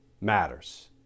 matters